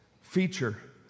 feature